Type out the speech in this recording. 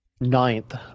ninth